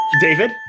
David